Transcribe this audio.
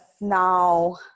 Now